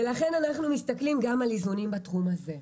לכן אנחנו מסתכלים גם על איזונים בתחום הזה.